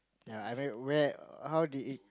ya I meant where how did it